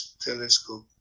telescope